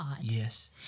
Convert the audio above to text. Yes